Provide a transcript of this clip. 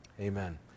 Amen